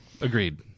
Agreed